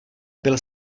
pil